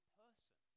person